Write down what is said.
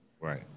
Right